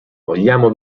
vogliamo